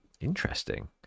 interesting